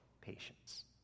Patience